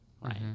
right